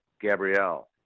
Gabrielle